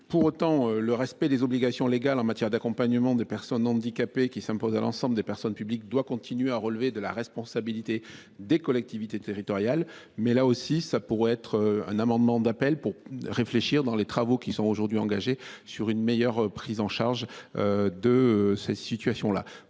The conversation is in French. Pour autant, le respect des obligations légales en matière d’accompagnement des personnes handicapées, qui s’imposent à l’ensemble des personnes publiques, doit continuer de relever de la responsabilité des collectivités territoriales. Il s’agit donc, là aussi, d’un amendement d’appel, pour nous inviter à réfléchir, dans le cadre des travaux aujourd’hui engagés, sur une meilleure prise en charge de ces situations.